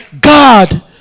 God